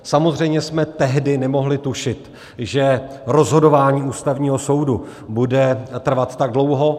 Samozřejmě jsme tehdy nemohli tušit, že rozhodování Ústavního soudu bude trvat tak dlouho.